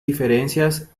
diferencias